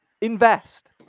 Invest